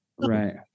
Right